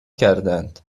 کردهاند